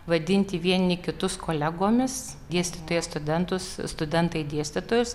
vadinti vieni kitus kolegomis dėstytojai studentus studentai dėstytojus